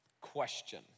question